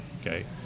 Okay